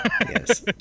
Yes